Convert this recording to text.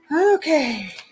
Okay